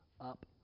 up